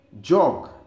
jog